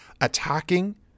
attacking